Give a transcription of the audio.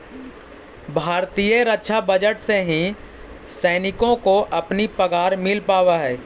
भारतीय रक्षा बजट से ही सैनिकों को अपनी पगार मिल पावा हई